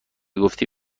گفتی